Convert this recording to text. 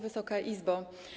Wysoka Izbo!